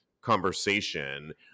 conversation